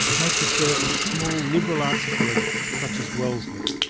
may prefer a small liberal arts college such as wellesley.